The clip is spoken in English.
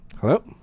Hello